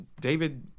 David